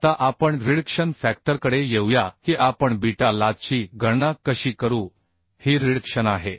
आता आपण रिडक्शन फॅक्टरकडे येऊया की आपण बीटा ljची गणना कशी करू ही रिडक्शन आहे